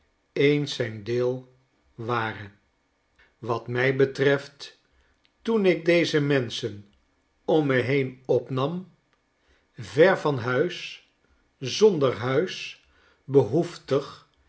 eens zijn deel ware wat mij betreft toen ik deze menschen om me heen opnam ver van huis zonder huis behoeftig